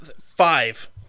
five